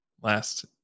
last